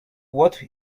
what